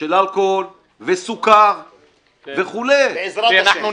של אלכוהול וסוכר וכולי -- בעזרת השם.